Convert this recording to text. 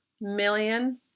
million